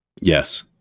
Yes